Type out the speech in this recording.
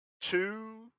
two